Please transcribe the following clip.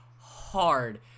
hard